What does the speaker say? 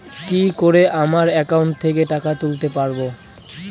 কি করে আমার একাউন্ট থেকে টাকা তুলতে পারব?